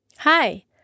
Hi